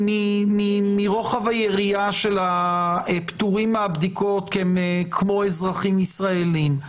מרוחב היריעה של אלה הפטורים הבדיקות כי הם כמו אזרחים ישראלים.